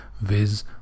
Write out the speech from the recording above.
viz